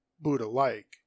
buddha-like